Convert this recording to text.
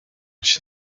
się